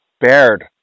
bared